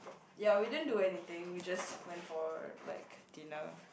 ya we didn't do anything we just went for like dinner